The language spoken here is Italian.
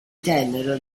tennero